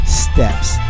steps